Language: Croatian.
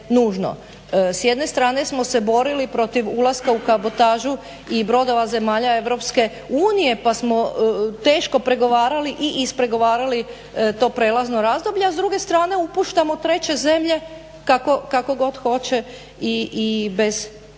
S jedne strane smo se borili protiv ulaska u kabotažu i brodova zemalja Europske unije pa smo teško pregovarali i ispregovarali to prijelazno razdoblje, a s druge strane upuštamo treće zemlje kako god hoće i bez kriterija.